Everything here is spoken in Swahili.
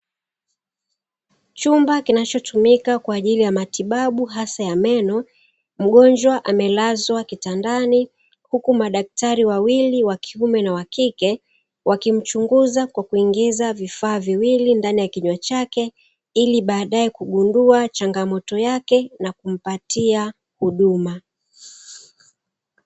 Chumba kinachotumika kwa ajili ya matibabu hasa ya meno, mgonjwa amelazwa kitandani, huku madaktari wawili wakiume na wakike wakimchunguza kwa kuingiza vifaa viwili ndani ya kinywa chake ili baadae kugundua changamoto yake na kumpatia huduma.